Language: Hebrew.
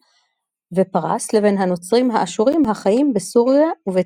ופרס לבין הנוצרים האשורים החיים בסוריה ובטורקיה.